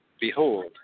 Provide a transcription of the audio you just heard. Behold